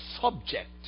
subject